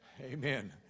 Amen